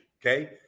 okay